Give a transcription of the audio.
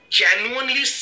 genuinely